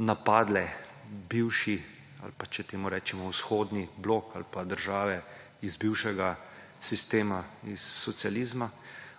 napadle, če temu rečemo, vzhodni blok ali pa države iz bivšega sistema, iz socializma